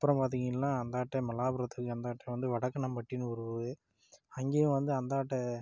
அப்புறம் பார்த்தீங்கள்கன்னா அந்தாட்ட மல்லாபுரத்துக்கு அந்தாட்ட வந்து வடக்கண்ணம் பட்டின்னு ஒரு ஊர் அங்கேயும் வந்து அந்தாட்ட